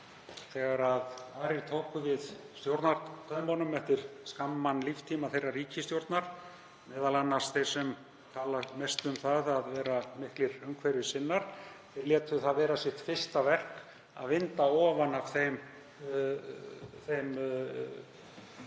þegar aðrir tóku við stjórnartaumunum eftir skamman líftíma þeirrar ríkisstjórnar, m.a. þeir sem tala mest um að vera miklir umhverfissinnar, létu þeir það vera sitt fyrsta verk að vinda ofan af þeim gjöldum.